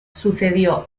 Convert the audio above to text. sucedió